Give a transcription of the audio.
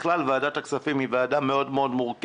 בכלל, ועדת הכספים היא ועדה מאוד מורכבת.